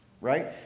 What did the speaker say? Right